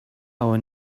our